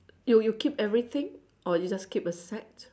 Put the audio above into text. you you keep everything or you just keep a set